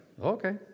Okay